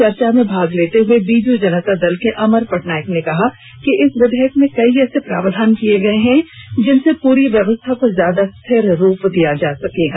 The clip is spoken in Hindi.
चर्चा में भाग लेते हए बीजू जनता दल के अमर पटनायक ने कहा कि इस विधेयक में कई ऐसे प्रावधान किए गए हैं जिनर्से पूरी व्यवस्था को ज्यादा स्थिर रूप दिया जा सकेगा